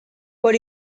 por